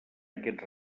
aquests